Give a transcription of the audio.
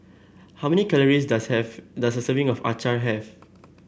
how many calories does have does a serving of Acar have